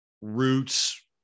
roots